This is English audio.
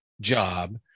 job